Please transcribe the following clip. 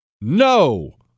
No